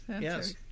yes